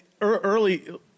early